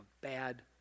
bad